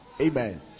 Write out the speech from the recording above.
Amen